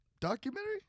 documentary